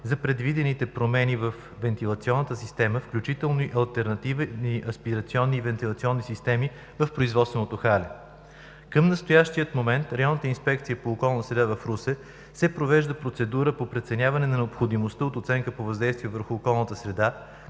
за предвидените промени във вентилационните системи, включително и алтернативи на аспирационните и вентилационни системи в производствените халета. Към настоящия момент в Районната инспекция по околна среда в Русе се провежда процедура по преценяване на необходимостта от оценка по въздействие върху околната среда,